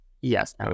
yes